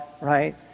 right